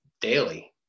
daily